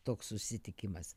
toks susitikimas